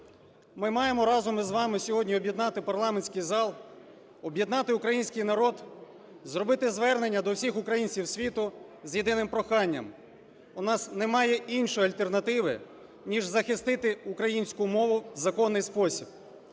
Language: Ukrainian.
Ми маємо разом із вами сьогодні об'єднати парламентський зал, об'єднати український народ, зробити звернення до всіх українців світу з єдиним проханням: у нас немає іншої альтернативи ніж захистити українську мову в законний спосіб.